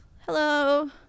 hello